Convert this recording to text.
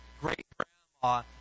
great-grandma